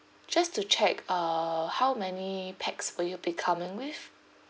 just to check uh how many pax will you be coming with